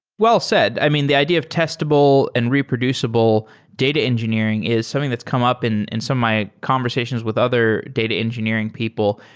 well said. i mean, the idea of testable and reproducible data engineering is something that's come up in and some of my conversations with other data engineering people.